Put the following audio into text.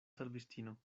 servistino